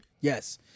Yes